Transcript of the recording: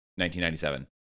1997